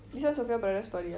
this one sophia brother story ah